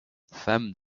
femme